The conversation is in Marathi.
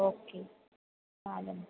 ओके चालेल